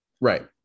Right